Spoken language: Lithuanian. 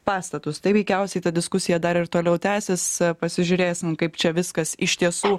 pastatus tai veikiausiai ta diskusija dar ir toliau tęsis pasižiūrėsim kaip čia viskas iš tiesų